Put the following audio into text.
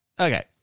Okay